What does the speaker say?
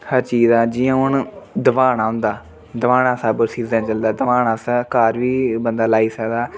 हर चीज़ दा जियां हून दुहाना होंदा दुहाना सब सीज़न चलदा दुहाना अस घर बी बंदा लाई सकदा